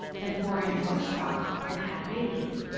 then pour in more stock and add a bay leaf.